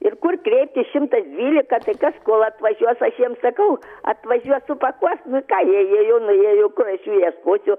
ir kur kreiptis šimtas dvylika tai kas kol atvažiuos aš jiem sakau atvažiuos supakuos nu ką jie jie jau nuėjo kur aš jų ieškosiu